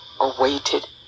awaited